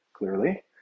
Clearly